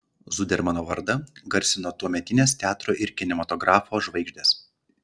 zudermano vardą garsino tuometinės teatro ir kinematografo žvaigždės